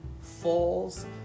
falls